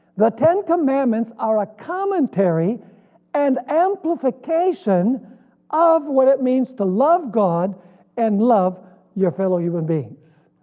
the ten commandments are a commentary and amplification of what it means to love god and love your fellow human beings.